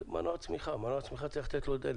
זה מנוע צמיחה וצריך לתת לו דלק.